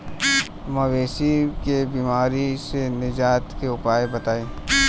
मवेशी के बिमारी से निजात के उपाय बताई?